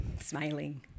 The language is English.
smiling